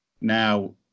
now